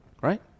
right